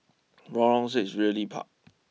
Lorong six Realty Park